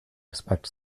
expect